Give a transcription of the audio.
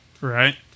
Right